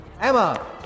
Emma